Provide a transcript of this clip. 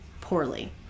poorly